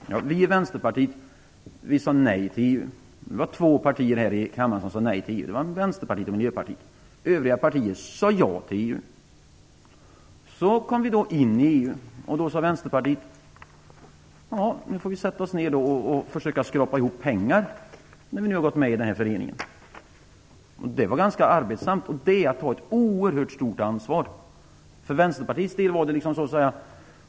Vi i Västerpartiet sade nej till EU. Det var två partier här i kammaren som sade nej, Vänsterpartiet och Miljöpartiet. Övriga partier sade ja till EU. Så kom vi då in i EU och då sade Vänsterpartiet: Nu får vi försöka skrapa ihop pengar när vi nu gått med i den här föreningen. Det var ganska arbetsamt. Det är att ta ett oerhört stort ansvar. För Vänsterpartiets del var det ungefär så här.